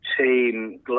team